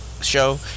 show